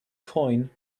coin